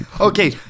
Okay